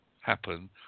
happen